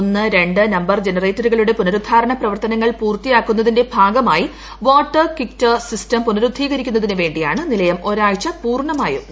ഒന്ന് രണ്ട് നമ്പർ ജനറേറ്ററുകളുടെ പുനരുദ്ധാരണ പ്രവർത്തനങ്ങൾ പൂർത്തിയാക്കുന്നതിന്റെ ഭാഗമായി വാട്ടർ കിക്ടർ സിസ്റ്റം പുനരുദ്ധരിക്കുന്നതിന് വേണ്ടിയാണ് നിലയം ഒരാഴ്ച പൂർണമായും നിർത്തുന്നത്